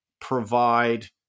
provide